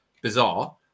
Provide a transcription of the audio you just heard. bizarre